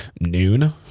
noon